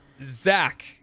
Zach